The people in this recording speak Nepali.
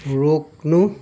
रोक्नु